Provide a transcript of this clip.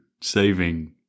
saving